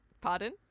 Pardon